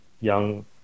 young